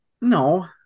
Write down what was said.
No